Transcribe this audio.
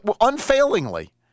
Unfailingly